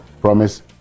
promise